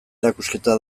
erakusketa